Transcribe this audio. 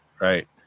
Right